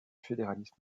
fédéralisme